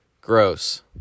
Gross